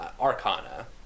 Arcana